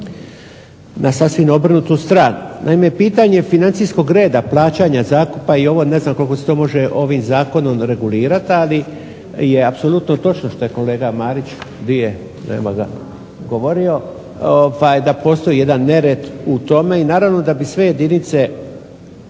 na sasvim obrnutu stranu. Naime, pitanje financijskog reda plaćanja zakupa i ovo, ne znam koliko se to može ovim zakonom regulirat, ali je apsolutno točno što je kolega Marić govorio, da postoji jedan nered u tome i naravno da bi sve jedinice,